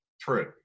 True